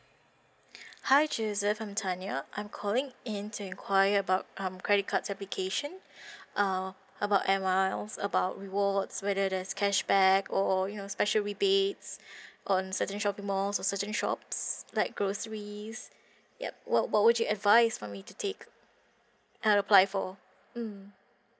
hi joseph I'm tanya I'm calling in to inquire about um credit cards application uh about air miles about rewards whether there's cashback or you know special rebates on certain shopping malls or certain shops like groceries yup what what would you advise for me to take I apply for mm